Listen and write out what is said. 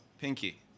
pinky